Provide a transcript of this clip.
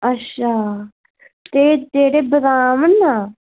अच्छा ते एह् जेह्ड़े बदाम ना